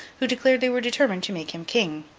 who declared they were determined to make him king.